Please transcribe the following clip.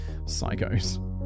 psychos